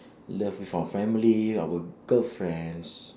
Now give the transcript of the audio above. love with our family our girlfriends